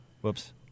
Whoops